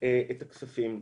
את הכספים?